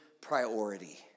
priority